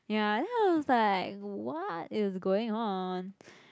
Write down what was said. ya then I was like what is going on